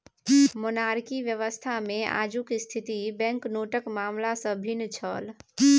monarchy व्यवस्थामे आजुक स्थिति बैंकनोटक मामला सँ भिन्न छल